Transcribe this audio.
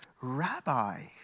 Rabbi